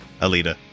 Alita